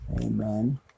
Amen